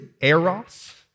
eros